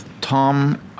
Tom